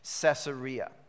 Caesarea